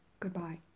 Goodbye